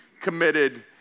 committed